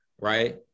Right